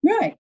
Right